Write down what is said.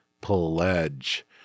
Pledge